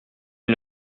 ils